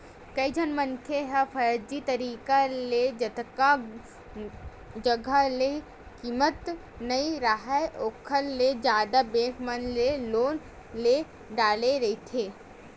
कइझन मनखे ह फरजी तरिका ले जतका जघा के कीमत नइ राहय ओखर ले जादा बेंक मन ले लोन ले डारे रहिथे